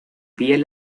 bien